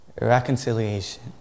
reconciliation